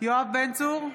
יואב בן צור,